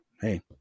hey